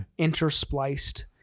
interspliced